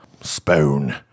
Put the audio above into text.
Spoon